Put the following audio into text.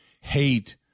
hate